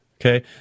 Okay